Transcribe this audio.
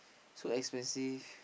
so expensive